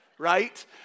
right